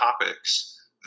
topics